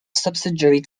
subsidiary